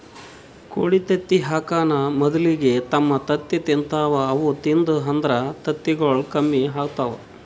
ಕೋಳಿ ತತ್ತಿ ಹಾಕಾನ್ ಮೊದಲಿಗೆ ತಮ್ ತತ್ತಿ ತಿಂತಾವ್ ಅವು ತಿಂದು ಅಂದ್ರ ತತ್ತಿಗೊಳ್ ಕಮ್ಮಿ ಆತವ್